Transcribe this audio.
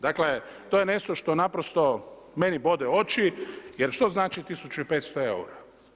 Dakle, to je nešto što naprosto meni bode oči, jer što znači 1500 eura?